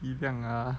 ah